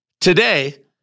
today